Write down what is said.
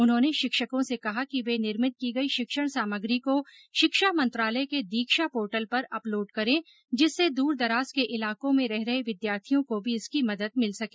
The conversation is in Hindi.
उन्होंने शिक्षकों से कहा कि वे निर्मित की गई शिक्षण सामग्री को शिक्षा मंत्रालय के दीक्षा पोर्टल पर अपलोड करें जिससे दूरदराज के इलाको में रह रहे विधार्थियों को भी इसकी मदद मिल सके